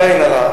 בלי עין הרע,